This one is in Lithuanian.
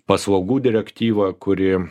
paslaugų direktyvą kuri